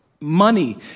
money